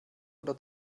oder